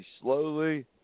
slowly